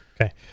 Okay